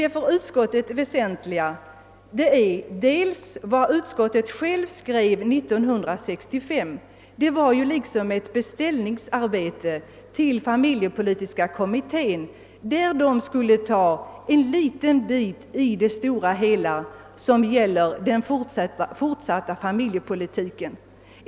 Det för utskottet väsentliga är emellertid vad utskottet självt skrev 1965. Det var liksom en beställning till familjepolitiska kommittén, som skulle behandla en liten bit av den fortsatta familjepolitiken.